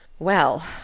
Well